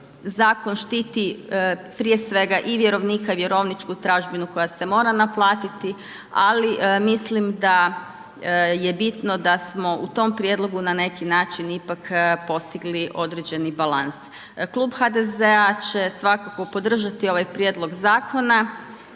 zakon štiti prije svega i vjerovnika i vjerovničku tražbinu koja se mora naplatiti ali mislim da je bitno da smo u tom prijedlogu na neki način ipak postigli određeni balans. Klub HDZ-a će svakako podržati ovaj prijedlog zakona